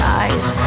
eyes